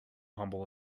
humble